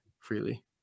freely